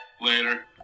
Later